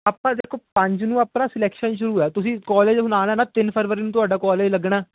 ਆਪਾਂ ਦੇਖੋ ਪੰਜ ਨੂੰ ਆਪਣਾ ਸਿਲੈਕਸ਼ਨ ਸ਼ੁਰੂ ਹੈ ਤੁਸੀਂ ਕਾਲਜ ਆਉਣਾ ਲੈਣਾ ਫਰਵਰੀ ਨੂੰ ਤੁਹਾਡਾ ਕਾਲਜ ਲੱਗਣਾ